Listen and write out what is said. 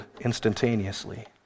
instantaneously